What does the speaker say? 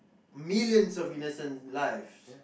millions of innocent lives